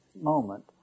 moment